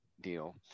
deal